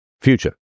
future